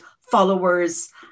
followers